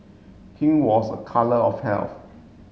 pink was a colour of health